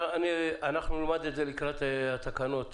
אנחנו נלמד את זה לקראת התקנות.